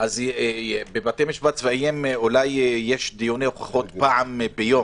בבתי משפט צבאיים אולי יש דיוני הוכחות פעם ביום